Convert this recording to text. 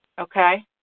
Okay